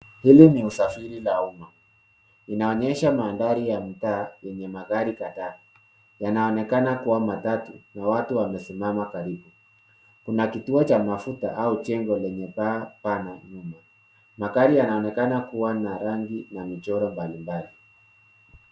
Hili ni usafiri la umma. Inaonyesha mandhari ya mtaa yenye magari kadhaa, yanaonekana kuwa matatu na watu wamesimama karibu. Kuna kituo cha mafuta au jengo lenye baa pana nyuma. Magari yanaonekana kuwa na rangi na michoro mbalimbali.